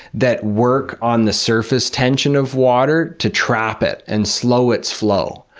that work on the surface tension of water to trap it and slow its flow.